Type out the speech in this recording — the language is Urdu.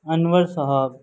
انور صاحب